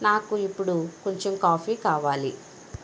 నాకు ఇప్పుడు కొంచెం కాఫీ కావాలి